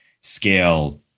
Scale